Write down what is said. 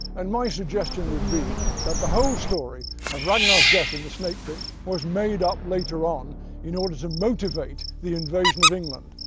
and my suggestion would be that the whole story of ragnar's death in the snake pit was made up later on in order to motivate the invasion of england.